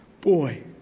Boy